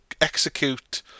execute